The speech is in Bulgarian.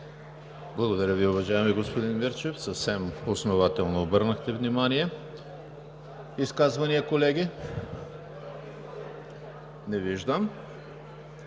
Благодаря Ви, уважаеми господин Мирчев. Съвсем основателно обърнахте внимание. Колеги, изказвания? Не виждам.